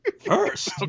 First